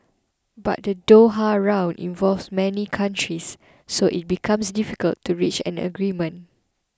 but the Doha Round involves many countries so it becomes difficult to reach an agreement